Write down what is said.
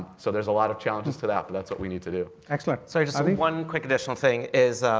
so there's a lot of challenges to that, but that's what we need to do. excellent. sorry, just a brief one quick additional thing is